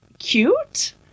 Cute